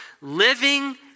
living